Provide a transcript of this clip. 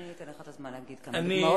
אני אתן לך את הזמן לתת כמה דוגמאות,